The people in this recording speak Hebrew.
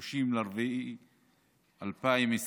30 באפריל 2021,